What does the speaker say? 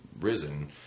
risen